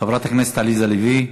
חברת הכנסת עליזה לביא,